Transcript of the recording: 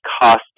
cost